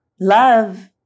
love